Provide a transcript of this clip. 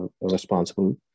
responsible